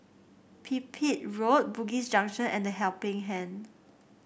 Pipit Road Bugis Junction and The Helping Hand